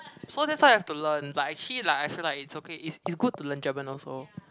so that's why you have to learn but actually like I feel like it's okay it's it's good to learn German also